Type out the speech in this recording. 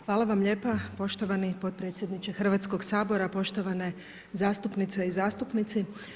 Hvala vam lijepa poštovani potpredsjedniče Hrvatskog sabora, poštovane zastupnice i zastupnici.